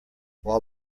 while